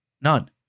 None